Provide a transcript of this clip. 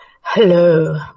Hello